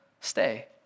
stay